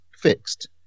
Fixed